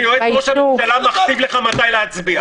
שיועץ ראש הממשלה מכתיב לך מתי להצביע?